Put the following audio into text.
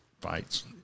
Fights